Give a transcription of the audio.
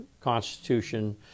Constitution